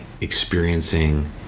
experiencing